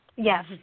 Yes